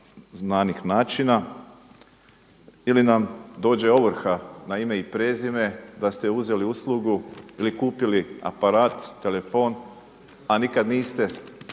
znanih načina. Ili nam dođe ovrha na ime i prezime da ste uzeli uslugu ili kupili aparat, telefon, a nikad niste